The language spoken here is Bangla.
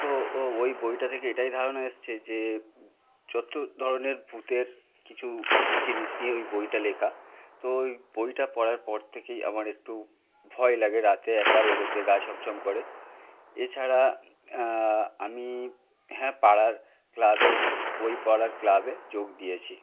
তো ওই বইটা থেকে এটাই ধারণা এসছে যে যত ধরনের ভূতের কিছু জিনিস নিয়ে ওই বইটা লেখা তো ওই বইটা পড়ার পর থেকেই আমার একটু ভয় লাগে রাতে একা বেরোতে গা ছমছম করে এছাড়া আমি হ্যাঁ পাড়ার ক্লাবে বই পড়ার ক্লাবে যোগ দিয়েছি